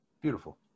Beautiful